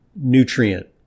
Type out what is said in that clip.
nutrient